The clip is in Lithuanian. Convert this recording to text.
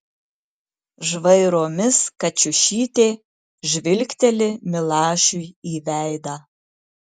žvairomis kačiušytė žvilgteli milašiui į veidą